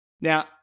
Now